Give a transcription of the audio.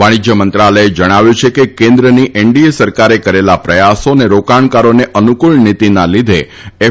વાણિશ્ય મંત્રાલયે જણાવ્યું છે કે કેન્દ્રની એનડીએ સરકારે કરેલા પ્રયાસો તથા રોકાણકારોને અનુકૂળ નીતિના લીધે એફ